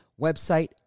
website